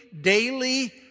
daily